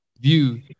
view